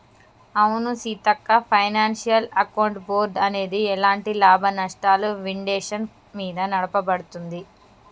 అవును సీతక్క financial account board అనేది ఎలాంటి లాభనష్టాలు విండేషన్ మీద నడపబడుతుంది